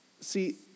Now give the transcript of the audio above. See